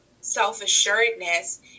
self-assuredness